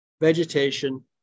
vegetation